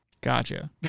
Gotcha